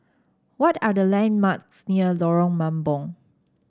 what are the landmarks near Lorong Mambong